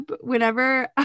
whenever